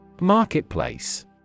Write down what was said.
Marketplace